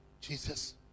Jesus